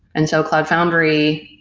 and so cloud foundry,